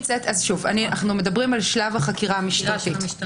אנו מדברים על שלב החקירה המשטרתית.